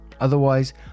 otherwise